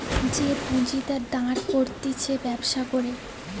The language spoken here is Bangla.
যে পুঁজিটা দাঁড় করতিছে ব্যবসা করে